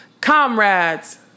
Comrades